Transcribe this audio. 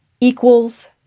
equals